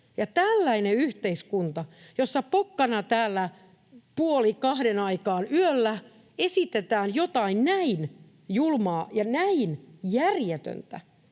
Tällainen yhteiskunta, jossa pokkana täällä puoli kahden aikaan yöllä esitetään jotain näin julmaa ja näin järjetöntä,